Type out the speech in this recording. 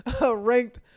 ranked